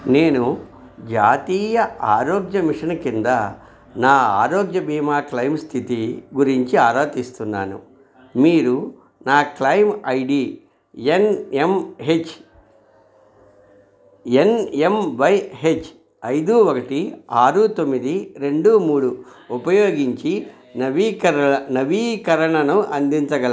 నేను జాతీయ ఆరోగ్య మిషన్ కింద నా ఆరోగ్య భీమా క్లయిమ్ స్థితి గురించి ఆరా తీస్తున్నాను మీరు నా claim I D N M H N M Y H ఐదు ఒకటి ఆరు తొమ్మిది రెండు మూడు ఉపయోగించి నవీకరణ నవీకరణను అందించగలరా